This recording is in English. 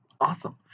Awesome